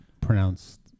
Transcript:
pronounced